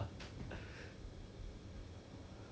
but then 她 but then 我跟你又没有 age gap leh